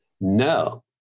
No